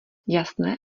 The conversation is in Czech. jasné